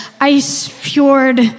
ice-fjord